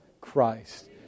Christ